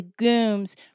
legumes